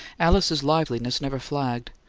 alice's liveliness never flagged.